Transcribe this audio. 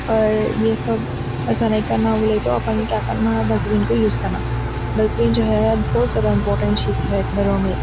اور یہ سب ایسا نہیں کرنا بولے تو اپن کیا کرنا ڈسبن کو یوز کرنا ڈسبن جو ہے بہت زیادہ امپورٹنٹ چیز ہے گھروں میں